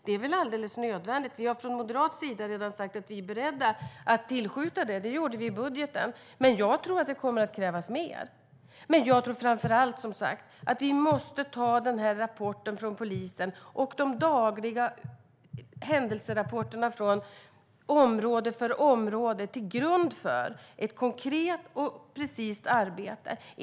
Det är väl alldeles nödvändigt. Vi moderater har sagt att vi är beredda att tillskjuta medel. Det gjorde vi i vår budget. Men jag tror att det kommer att krävas mer. Framför allt måste vi ta rapporten från polisen och de dagliga händelserapporterna från område för område till grund för ett konkret och precist arbete.